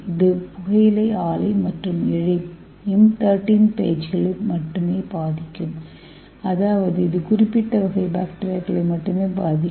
இது புகையிலை ஆலை மற்றும் இழை M13 பேஜ்களை மட்டுமே பாதிக்கும் அதாவது இது குறிப்பிட்ட வகை பாக்டீரியாக்களை மட்டுமே பாதிக்கும்